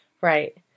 Right